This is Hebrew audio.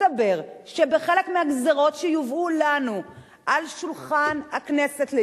מסתבר שבחלק מהגזירות שיובאו לנו לאישור על שולחן הכנסת,